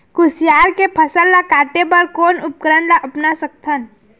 कुसियार के फसल ला काटे बर कोन उपकरण ला अपना सकथन?